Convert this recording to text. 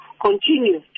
continue